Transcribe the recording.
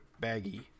baggy